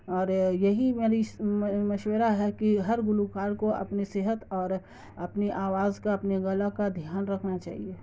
اور یہی میری مشورہ ہے کہ ہر گلوکار کو اپنی صحت اور اپنی آواز کا اپنے گلا کا دھیان رکھنا چاہیے